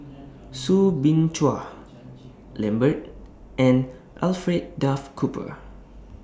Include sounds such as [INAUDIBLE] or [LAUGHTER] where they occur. [NOISE] Soo Bin Chua Lambert and Alfred Duff Cooper